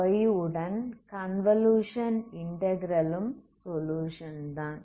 g உடன் convolution integral ம் solution தான்